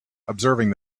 observing